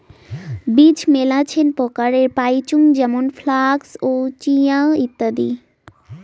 বীজ মেলাছেন প্রকারের পাইচুঙ যেমন ফ্লাক্স, চিয়া, ইত্যাদি